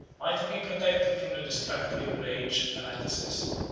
might have been protected from the destructive rage of fanaticism.